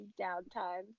downtime